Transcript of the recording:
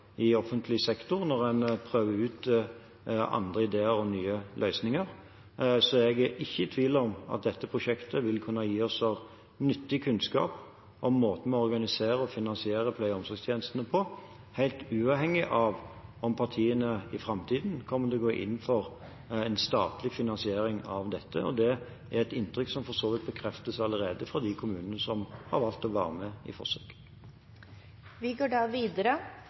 i offentlig sektor, når en prøver ut andre ideer og nye løsninger. Jeg er ikke i tvil om at dette prosjektet vil kunne gi oss nyttig kunnskap om måten å organisere og finansiere pleie- og omsorgstjenestene på, helt uavhengig av om partiene i framtiden kommer til å gå inn for en statlig finansiering av dette. Det er et inntrykk som for så vidt allerede bekreftes for de kommunene som har valgt å være med i forsøket. Dette spørsmålet bortfaller, da